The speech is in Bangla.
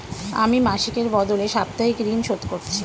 আমি মাসিকের বদলে সাপ্তাহিক ঋন শোধ করছি